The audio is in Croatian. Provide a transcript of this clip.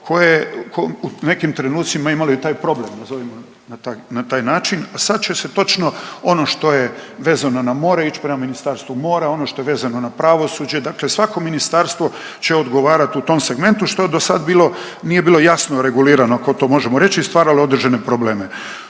je u nekim trenucima imali taj problem, nazovimo na taj, na taj način, a sad će se točno ono što je vezano na more ić prema Ministarstvu mora, ono što je vezano na pravosuđe, dakle svako ministarstvo će odgovarat u tom segmentu, što je dosad bilo, nije bilo jasno regulirano ako to možemo reći i stvaralo je određene probleme.